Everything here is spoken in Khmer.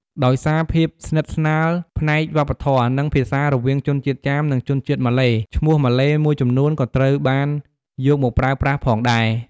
ដោយសារភាពស្និទ្ធស្នាលផ្នែកវប្បធម៌ និងភាសារវាងជនជាតិចាម និងជនជាតិម៉ាឡេ ឈ្មោះម៉ាឡេមួយចំនួនក៏ត្រូវបានយកមកប្រើប្រាស់ផងដែរ។